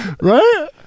Right